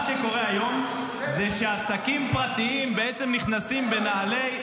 מה שקורה היום זה שעסקים פרטיים נכנסים בנעלי,